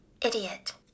idiot